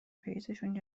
پریزشون